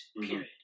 period